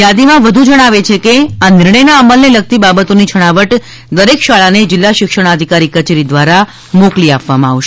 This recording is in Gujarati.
યાદી વધુમાં જણાવે છે કે આ નિર્ણયના અમલને લગતી બાબતોની છણાવટ દરેક શાળાને જિલ્લા શિક્ષણાધિકારી કચેરી દ્વારા મોકલી આપવામાં આવશે